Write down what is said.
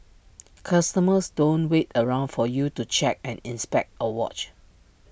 customers don't wait around for you to check and inspect A watch